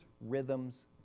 rhythms